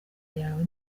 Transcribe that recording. yawe